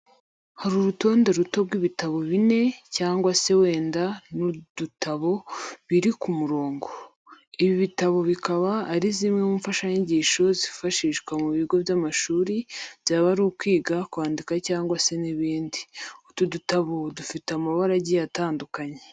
Hari urutonde ruto rw'ibitabo bine, cyangwa se wenda n'udutabo, biri ku murongo. Ibi bitabo bikaba ari zimwe mu mfashanyigisho z'ifashishwa mu bigo by'amashuri, byaba ari kwiga kwandika cyangwa se n'ibindi. Utu dutabo dufite amabara agiye atandukanye.